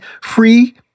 free